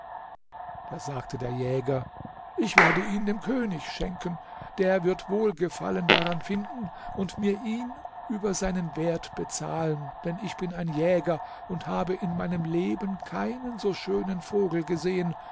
da sagte der jäger ich werde ihn dem könig schenken der wird wohlgefallen daran finden und mir ihn über seinen wert bezahlen denn ich bin ein jäger und habe in meinem leben keinen so schönen vogel gesehen